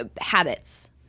Habits